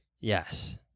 Yes